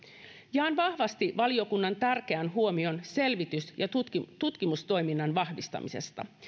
jaan vahvasti valiokunnan tärkeän huomion selvitys ja tutkimustoiminnan vahvistamisesta